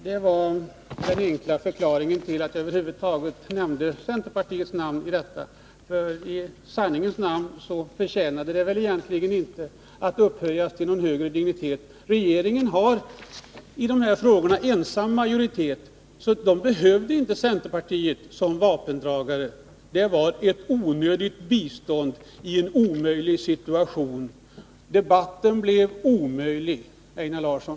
Detta var den enkla förklaringen till att jag över huvud taget nämnde centerpartiet. I sanningens namn förtjänade väl inte centerpartiet någon upphöjelse. Regeringen har i dessa frågor ensam majoritet, varför centerpartiet inte behövdes som vapendragare. Det var ett onödigt bistånd i en omöjlig situation. Debatten blev omöjlig, Einar Larsson.